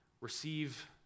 receive